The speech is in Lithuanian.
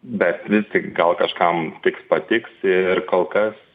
bet vis tik gal kažkam tiks patiks ir kol kas